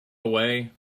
away